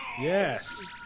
Yes